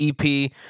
EP